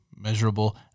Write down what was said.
measurable